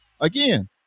Again